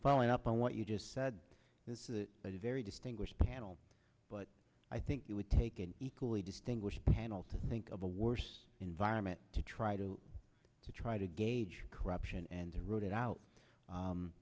following up on what you just said this is a very distinguished panel but i think it would take equally distinguished panel to think of a worse environment to try to to try to gauge corruption and to root it out